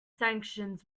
sanctions